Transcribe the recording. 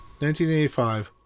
1985